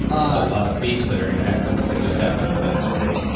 a lot of beeps that are going to happen. that just happened in that story.